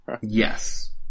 Yes